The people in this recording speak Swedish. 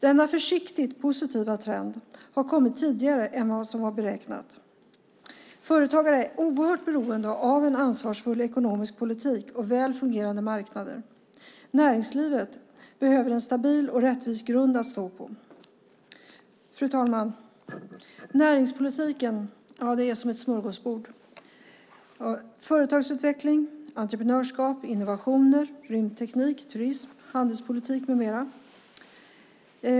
Denna försiktigt positiva trend har kommit tidigare än beräknat. Företagare är oerhört beroende av en ansvarsfull ekonomisk politik och av väl fungerande marknader. Näringslivet behöver en stabil och rättvis grund att stå på. Fru talman! Näringspolitiken är som ett smörgåsbord med företagsutveckling, entreprenörskap, innovationer, rymdteknik, turism, handelspolitik med mera.